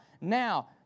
Now